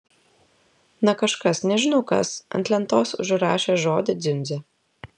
na kažkas nežinau kas ant lentos užrašė žodį dziundzė